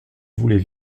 voulait